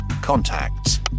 contacts